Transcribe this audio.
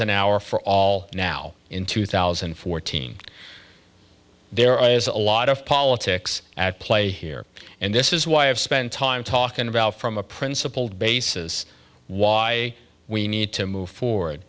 an hour for all now in two thousand and fourteen there are a lot of politics at play here and this is why i have spent time talking about from a principled basis why we need to move forward